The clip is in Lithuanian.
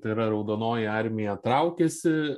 tai yra raudonoji armija traukėsi